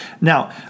Now